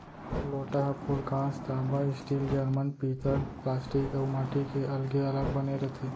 लोटा ह फूलकांस, तांबा, स्टील, जरमन, पीतल प्लास्टिक अउ माटी के अलगे अलग बने रथे